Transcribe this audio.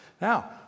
Now